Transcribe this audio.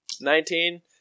Nineteen